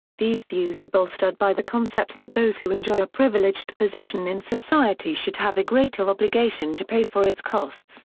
these views are bolstered by the concept that those who enjoy a privileged position in society should have a greater obligation to pay for its costs.